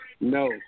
No